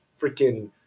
freaking